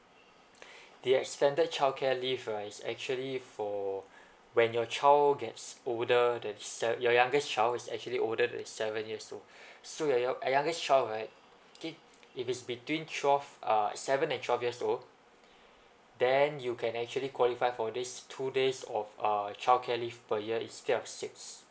the extended childcare leave right is actually for when your child gets older than se~ your youngest child is actually older than seven years old so your your youngest child right K if it's between twelve uh seven and twelve years old then you can actually qualify for this two days of uh childcare leave per year instead of six